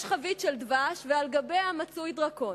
יש חבית של דבש ועל גביה מצוי דרקון.